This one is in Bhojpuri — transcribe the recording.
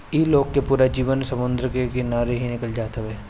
इ लोग के पूरा जीवन समुंदर के किनारे ही निकल जात हवे